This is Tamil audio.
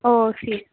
ஓ சீ